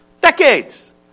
Decades